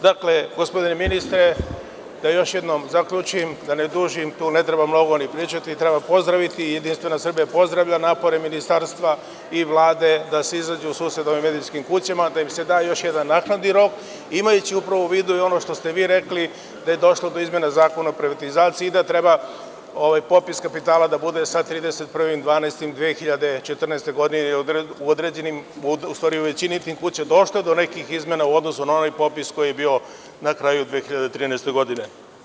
Dakle, gospodine ministre, da još jednom zaključim, da ne dužim, tu ne treba mnogo ni pričati, treba pozdraviti i JS pozdravlja napore ministarstva i Vlade da se izađe u susret ovim medijskim kućama, da im se da još jedan naknadni rok, imajući upravo u vidu i ono što ste vi rekli da je došlo do izmene Zakona o privatizaciji i da treba popis kapitala da bude za 31.12.2014. u određenim, u stvari u većini tih kućama došlo do nekih izmena u odnosu na onaj popis koji je bio na kraju 2013. godine.